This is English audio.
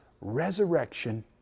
resurrection